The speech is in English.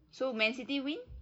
so man city win